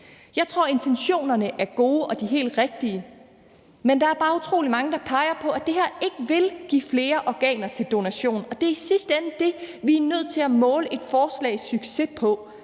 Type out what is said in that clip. Jeg tror, intentionerne er gode og de helt rigtige, men der er bare utrolig mange, der peger på, at det her ikke vil give flere organer til donation, og det er i sidste ende det, vi er nødt til at måle et forslags succes på.